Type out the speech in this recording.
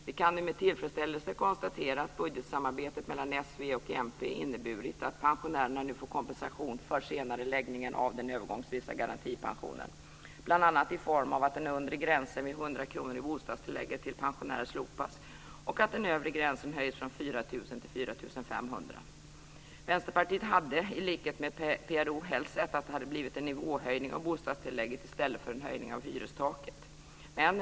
Vi kan nu med tillfredsställelse konstatera att budgetsamarbetet mellan s, v och mp inneburit att pensionärerna nu får kompensation för senareläggningen av den övergångsvisa garantipensionen, bl.a. i form av att den undre gränsen vid 100 kr i bostadstillägget till pensionärer slopas och att den övre gränsen höjs från 4 000 kr till 4 500 kr. Vänsterpartiet hade, i likhet med PRO, helst sett att det blivit en nivåhöjning av bostadstillägget i stället för en höjning av hyrestaket.